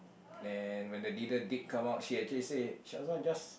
and when the leader did come out she actually said Shazwan just